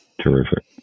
Terrific